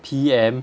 P_M